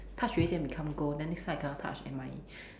touch already then become gold then next time I cannot touch at my